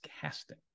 casting